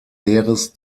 heeres